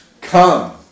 Come